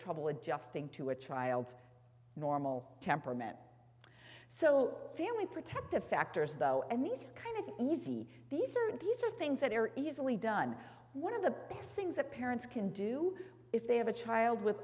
trouble adjusting to a child's normal temperament so family protective factors though and these kind of easy these are these are things that are easily done one of the best things that parents can do if they have a child with